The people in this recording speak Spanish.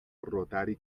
rotary